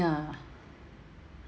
ya lah